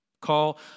Call